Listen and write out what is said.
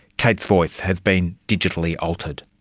kate's voice has been digitally altered.